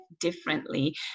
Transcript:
differently